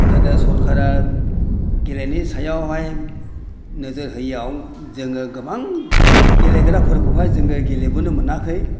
गोदो सरकारा गेलेनायनि सायावहाय नोजोर हैयिआव जोङो गोबां गेलेग्राफोरखौहाय जोङो गेलेबोनो मोनाखै